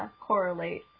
Correlate